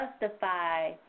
justify